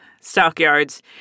Stockyards